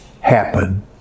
happen